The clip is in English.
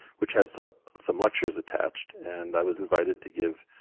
which has ah some lectures attached. and i was invited to give